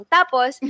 Tapos